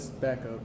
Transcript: backup